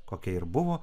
kokia ir buvo